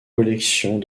collections